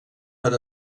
per